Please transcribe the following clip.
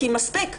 כי מספיק.